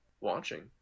watching